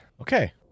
Okay